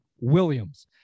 Williams